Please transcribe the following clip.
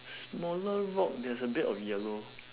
smaller rock there's a bit of yellow